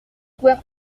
square